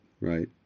Right